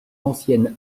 ancienne